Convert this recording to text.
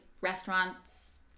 restaurants